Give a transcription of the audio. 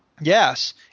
Yes